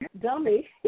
dummy